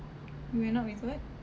you went out with what